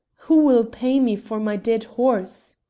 who will pay me for my dead horse?